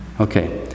Okay